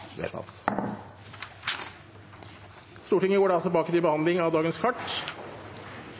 Stortinget går da tilbake til behandling av sakene på dagens kart.